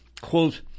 Quote